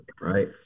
Right